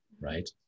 right